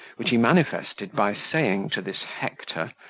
which he manifested by saying to this hector,